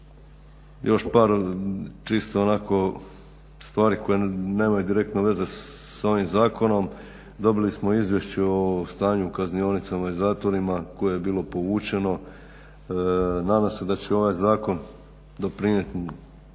još par čisto onako stvari koje nemaju direktne veze sa ovim zakonom. Dobili smo izvješće o stanju u kaznionicama i zatvorima koje je bilo povučeno. Nadam se da će ovaj Zakon doprinijeti